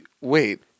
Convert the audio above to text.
wait